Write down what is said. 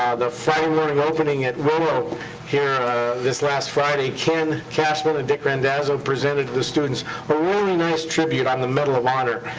ah the friday morning opening at willow here this last friday. ken cashman and dick rendazzo presented to the students a really nice tribute on the medal of honor